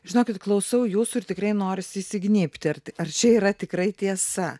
žinokit klausau jūsų ir tikrai norisi įsignybti ar čia yra tikrai tiesa